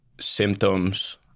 symptoms